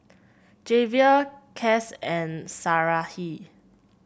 Javier Cas and Sarahi